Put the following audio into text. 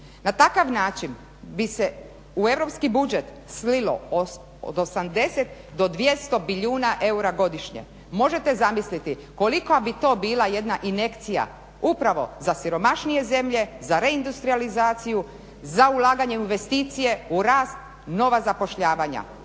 Na takav način bi se u europski budžet slilo od 80 do 200 bilijuna eura godišnje. Možete zamisliti kolika bi to bila jedna injekcija upravo za siromašnije zemlje, za reindustrijalizaciju, za ulaganje u investicije, u rast, nova zapošljavanja